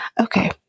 okay